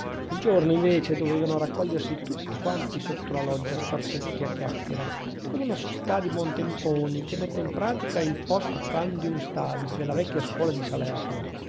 quel giorno invece dovevano raccogliersi tutti quanti sotto la loggia e star seduti a chiacchiera come una società di buontemponi che metta in pratica il post prandium stabis della vecchia scuola di salerno